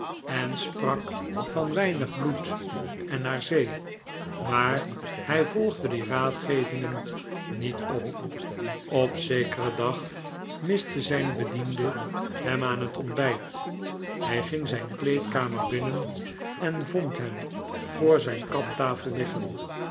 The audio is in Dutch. en sprak van weinig bloed en naar zee maar hij volgde die raadgevingen niet op op zekeren dag miste zijn bediende hem aan het ontbijt hij ging zijn kleedkamer binnen en vond hem voor zijn kaptafel liggen